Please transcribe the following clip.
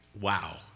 wow